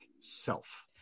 self